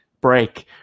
break